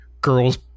girls